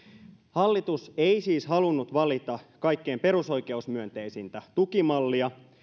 hallitus ei siis halunnut valita kaikkien perusoikeusmyönteisintä tukimallia